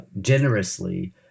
generously